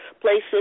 places